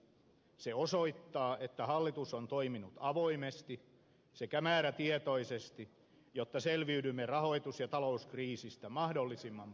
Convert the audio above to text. se osoittaa että hallitus on toiminut avoimesti sekä määrätietoisesti jotta selviydymme rahoitus ja talouskriisistä mahdollisimman pienin vaurioin